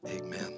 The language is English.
amen